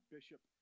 Bishop